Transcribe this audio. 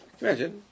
Imagine